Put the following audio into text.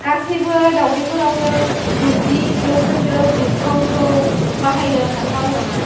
गासैबो दावदैफोरावनो गुजि जौखोन्दो डिसकाउन्टखौ बाहायनो हाथाव नामा